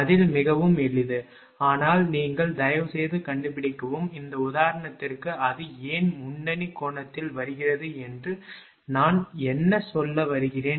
பதில் மிகவும் எளிது ஆனால் நீங்கள் தயவுசெய்து கண்டுபிடிக்கவும் இந்த உதாரணத்திற்கு அது ஏன் முன்னணி கோணத்தில் வருகிறது என்று நான் என்ன சொல்கிறேன்